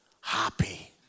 happy